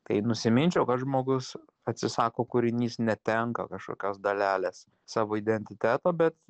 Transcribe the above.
tai nusiminčiau kad žmogus atsisako kūrinys netenka kažkokios dalelės savo identiteto bet